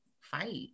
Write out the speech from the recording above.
fight